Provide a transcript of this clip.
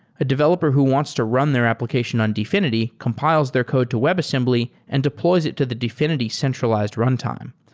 a developer who wants to run their application on dfinity compiles their code to webassembly and deploys it to the dfinity centralized runtime.